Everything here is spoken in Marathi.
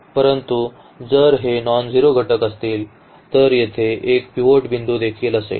परंतु जर हे नॉनझेरो घटक असतील तर येथे एक पिव्होट बिंदू देखील असेल